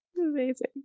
Amazing